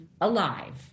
alive